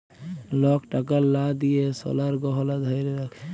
lock টাকার লা দিঁয়ে সলার গহলা ধ্যইরে রাখে